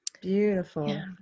beautiful